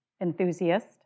enthusiast